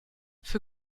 für